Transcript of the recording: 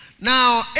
Now